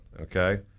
okay